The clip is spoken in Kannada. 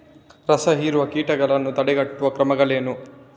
ರಸಹೀರುವ ಕೀಟಗಳನ್ನು ತಡೆಗಟ್ಟುವ ಕ್ರಮಗಳೇನು?